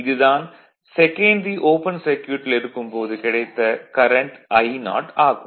இது தான் secondary open சர்க்யூட்டில் இருக்கும் போது கிடைத்த கரண்ட் I0 ஆகும்